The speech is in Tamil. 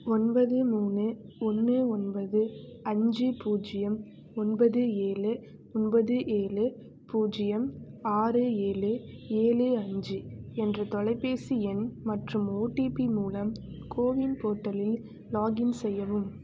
ஒன்பது மூணு ஒன்று ஒன்பது அஞ்சு பூஜ்ஜியம் ஒன்பது ஏழு ஒன்பது ஏழு பூஜ்ஜியம் ஆறு ஏழு ஏழு அஞ்சு என்ற தொலைபேசி எண் மற்றும் ஓடிபி மூலம் கோவின் போர்ட்டலில் லாக்கின் செய்யவும்